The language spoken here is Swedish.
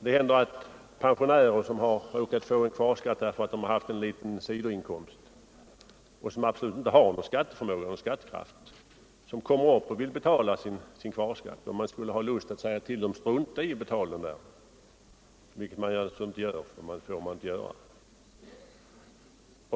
Det händer också att pensionärer, som har råkat få kvarskatt därför att de haft en liten sidoinkomst men som absolut inte har någon skatteförmåga, kommer upp och vill betala sin kvarskatt. Man skulle ha lust att säga till dem: Strunta i att betala det här! Men det gör man alltså inte, för det får man inte göra.